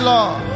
Lord